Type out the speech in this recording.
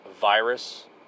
virus